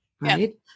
right